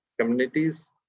Communities